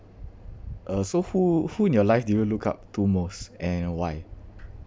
uh so who who in your life do you look up to most and why